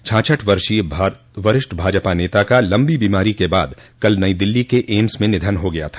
छाछठ वर्षीय वरिष्ठ भाजपा नेता का लम्बी बीमारी के बाद कल नई दिल्ली के एम्स में निधन हो गया था